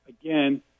again